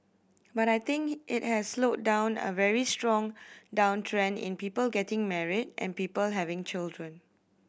but I think it has slowed down a very strong downtrend in people getting married and people having children